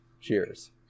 Cheers